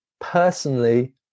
personally